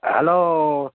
hello